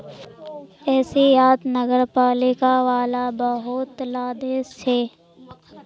एशियात नगरपालिका वाला बहुत ला देश छे